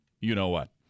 you-know-what